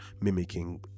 mimicking